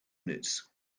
units